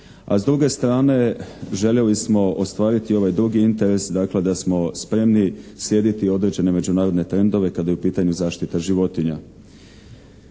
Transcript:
A s druge strane željeli smo ostvariti ovaj drugi interes dakle da smo spremni slijediti određene međunarodne trendove kada je u pitanju zaštita životinja.